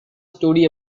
story